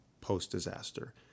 post-disaster